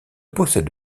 possède